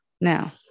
Now